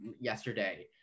yesterday